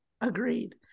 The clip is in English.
Agreed